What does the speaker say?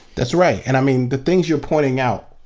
that's right. and i mean, the things you're pointing out,